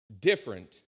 different